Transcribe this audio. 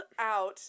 out